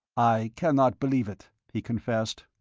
i cannot believe it, he confessed.